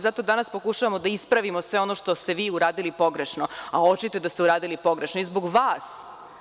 Zato danas pokušavamo da ispravimo sve ono što ste vi uradili pogrešno, a očito da ste uradili pogrešno i zbog vas.